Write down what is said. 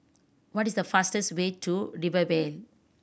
what is the fastest way to Rivervale